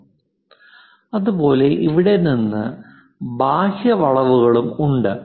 slide മയം കാണുക 3052 അതുപോലെ ഇവിടെ നിന്ന് ബാഹ്യ വളവുകളും ഉണ്ട്